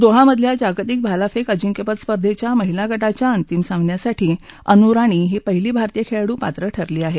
दोहामधल्या जागतिक भालाफेक अजिंक्यपद स्पर्धेच्या महिला गटाच्या अंतिम सामन्यासाठी अनु रानी ही पहिली भारतीय खेळाडू पात्र ठरली आहे